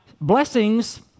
blessings